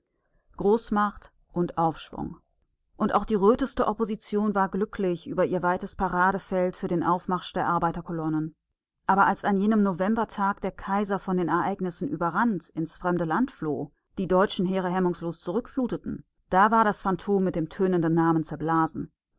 großmacht und aufschwung und auch die röteste opposition war glücklich über ihr weites paradefeld für den aufmarsch der arbeiterkolonnen aber als an jenem novembertag der kaiser von den ereignissen überrannt ins fremde land floh die deutschen heere hemmungslos zurückfluteten da war das phantom mit dem tönenden namen zerblasen